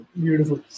beautiful